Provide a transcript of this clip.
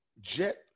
jet